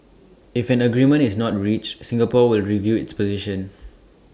if an agreement is not reached Singapore will review its position